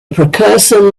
precursor